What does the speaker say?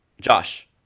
Josh